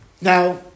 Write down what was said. Now